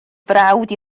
frawd